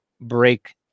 break